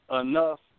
enough